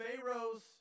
Pharaoh's